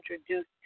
introduced